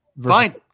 Fine